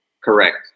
Correct